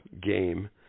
game